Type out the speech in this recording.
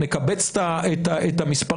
נקבץ את המספרים,